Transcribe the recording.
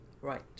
Right